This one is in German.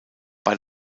bei